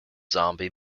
zombie